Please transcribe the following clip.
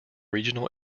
regional